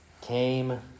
came